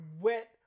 wet